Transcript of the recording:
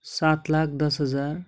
सात लाख दस हजार